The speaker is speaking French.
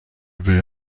vais